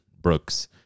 Brooks